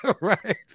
Right